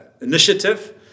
initiative